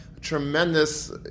tremendous